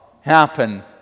happen